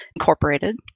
Incorporated